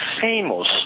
famous